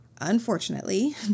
Unfortunately